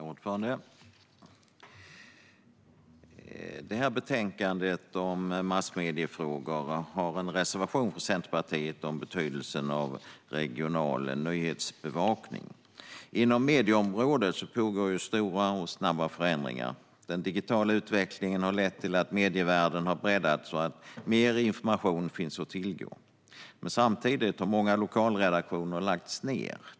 Herr talman! Detta betänkande om massmediefrågor har en reservation från Centerpartiet om betydelsen av regional nyhetsbevakning. Inom medieområdet pågår stora och snabba förändringar. Den digitala utvecklingen har lett till att medievärlden har breddats och att mer information finns att tillgå. Samtidigt har många lokalredaktioner lagts ned.